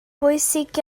bwysig